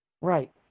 Right